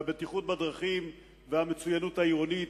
הבטיחות בדרכים והמצוינות העירונית.